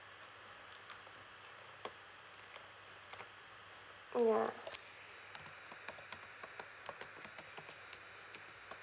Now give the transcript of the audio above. ya